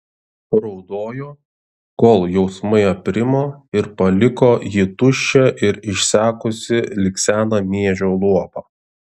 raudojo kol jausmai aprimo ir paliko jį tuščią ir išsekusį lyg seną miežio luobą